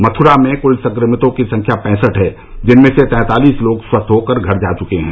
मथुरा में कुल संक्रमितों की संख्या पैंसठ है जिनमें से तैंतालीस लोग स्वस्थ होकर घर जा चुके हैं